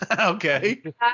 okay